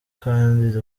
kandi